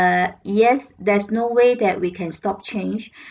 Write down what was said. err yes there's no way that we can stop change